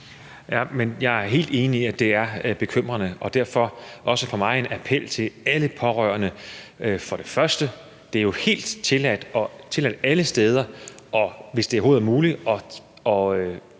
jeg er helt enig i, at det er bekymrende. Og derfor er der også fra mig en appel til alle pårørende om – for det er jo helt tilladt alle steder – hvis det overhovedet er